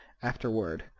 afterward,